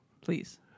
Please